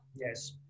Yes